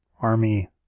army